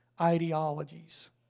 ideologies